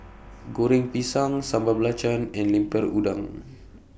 Goreng Pisang Sambal Belacan and Lemper Udang